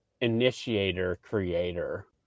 initiator-creator